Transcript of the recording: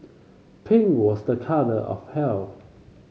pink was a colour of health